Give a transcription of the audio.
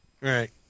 Right